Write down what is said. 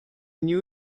knew